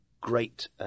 great